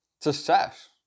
success